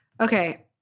Okay